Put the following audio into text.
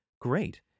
Great